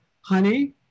honey